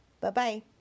Bye-bye